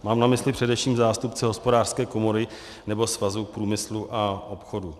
Mám na mysli především zástupce Hospodářské komory nebo Svazu průmyslu a obchodu.